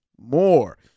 more